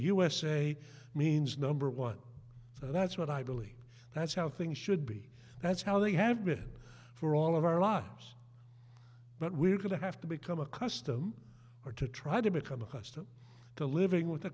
usa means number one that's what i believe that's how things should be that's how they have been for all of our lives but we're going to have to become a custom or to try to become accustomed to living with a